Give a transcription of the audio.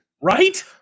Right